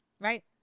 Right